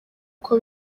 uko